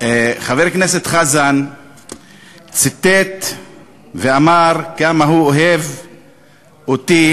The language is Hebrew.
חבר הכנסת חזן ציטט ואמר כמה הוא אוהב אותי,